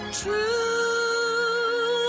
true